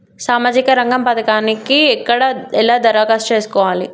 సామాజిక రంగం పథకానికి ఎక్కడ ఎలా దరఖాస్తు చేసుకోవాలి?